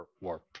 warp